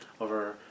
over